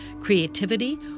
creativity